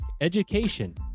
education